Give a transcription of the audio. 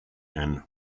and